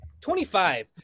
25